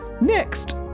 Next